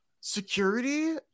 security